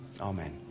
Amen